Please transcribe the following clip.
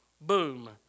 boom